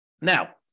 Now